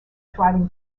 thriving